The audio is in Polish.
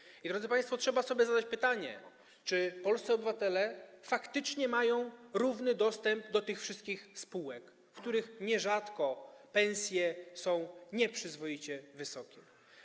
I trzeba, drodzy państwo, zadać sobie pytanie, czy polscy obywatele faktycznie mają równy dostęp do tych wszystkich spółek, w których nierzadko pensje są nieprzyzwoicie wysokie.